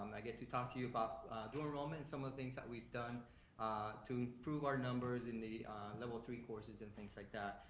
i get to talk to you about dual enrollment and some of the things that we've done to improve our numbers in the level three courses and things like that.